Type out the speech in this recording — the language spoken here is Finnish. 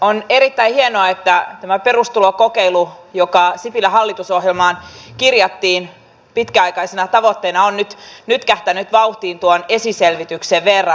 on erittäin hienoa että tämä perustulokokeilu joka sipilän hallitusohjelmaan kirjattiin pitkäaikaisena tavoitteena on nyt nytkähtänyt vauhtiin tuon esiselvityksen verran